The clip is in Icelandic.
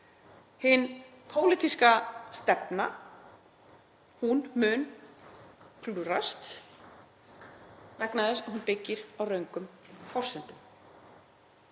Hin pólitíska stefna mun klúðrast vegna þess að hún byggist á röngum forsendum.